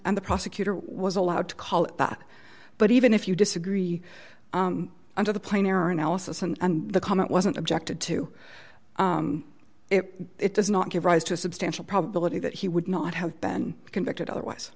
the prosecutor was allowed to call it that but even if you disagree under the plane or analysis and the comment wasn't objected to it it does not give rise to a substantial probability that he would not have been convicted otherwise